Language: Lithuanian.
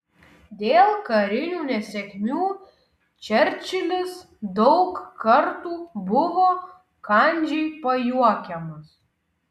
dėl karinių nesėkmių čerčilis daug kartų buvo kandžiai pajuokiamas